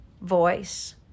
voice